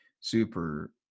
super